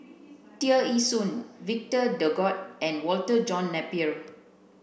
Tear Ee Soon Victor Doggett and Walter John Napier